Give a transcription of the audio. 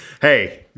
hey